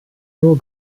nur